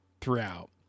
throughout